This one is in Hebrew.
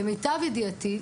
למיטב ידיעתי,